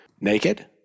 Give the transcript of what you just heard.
naked